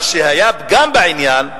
מה שהיה פגם בעניין,